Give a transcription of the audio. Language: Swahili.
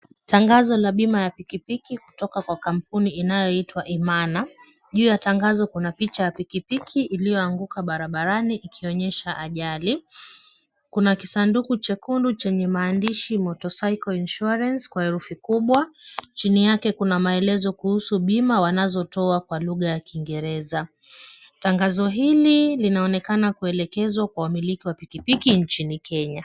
Tangazo la bima ya pikipiki kutoka kwa kampuni inayoitwa Imana, juu ya tangazo kuna picha ya pikipiki iliyoanguka barabarani ikionyesha ajali, kuna kisanduku chekundu chenye maandishi motorcycle insurance kwa herufi kubwa, chini yake kuna maelezo kuhusu bima wanazotoa kwa lugha ya Kiingereza. Tangazo hili linaonekana kuelekezwa kwa wamiliki wa pikipiki nchini Kenya.